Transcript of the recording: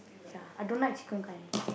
ya I don't like chicken curry